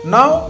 Now